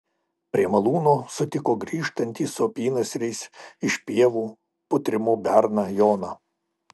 prie malūno sutiko grįžtantį su apynasriais iš pievų putrimo berną joną